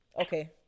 okay